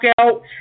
out